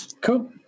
Cool